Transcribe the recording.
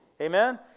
Amen